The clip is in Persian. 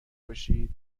باشی